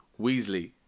Weasley